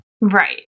right